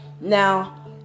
Now